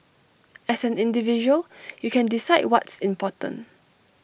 as an individual you can decide what's important